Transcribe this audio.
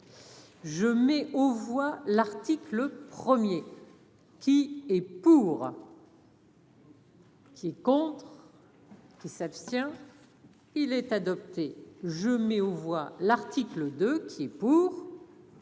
Je mets aux voix, l'article 1er qui est pour. Qui est contre qui s'abstient, il est adopté, je mets aux voix, l'article 2 qui est pour.